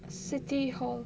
city hall